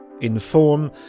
Inform